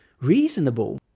reasonable